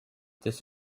this